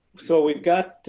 so we've got